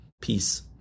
peace